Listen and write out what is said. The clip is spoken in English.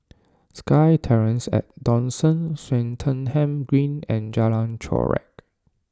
SkyTerrace at Dawson Swettenham Green and Jalan Chorak